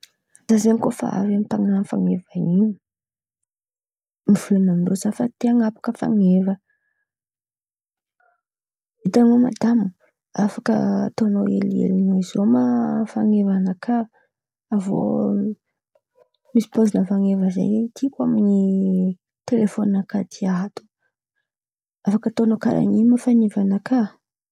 Da zen̈y koa fa avy amin̈'ny mpan̈ano fan̈eva in̈y. Mivolan̈a amindrô zah mivolana amindrô zah fa te anapaka fan̈eva: hitan̈ao madama afaka ataon̈ao helihely noho zao ma fan̈eva nakà? Avô misy pôzinà fan̈eva izen̈y tiko, amin̈'ny telefôny nakà ty ato. Afaka ataonao karà in̈y fan̈eva nakà?